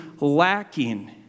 lacking